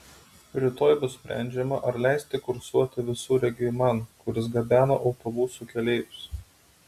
rytoj bus sprendžiama ar leisti kursuoti visureigiui man kuris gabena autobusų keleivius